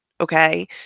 okay